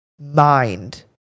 mind